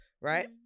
right